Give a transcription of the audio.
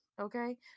okay